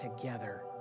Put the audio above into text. together